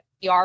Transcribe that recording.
PR